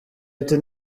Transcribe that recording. ati